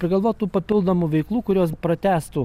prigalvot tų papildomų veiklų kurios pratęstų